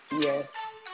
Yes